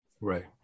Right